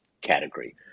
category